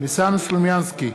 ניסן סלומינסקי,